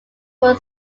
were